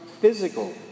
physical